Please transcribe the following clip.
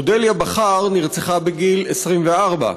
אודליה בכר נרצחה בגיל 24,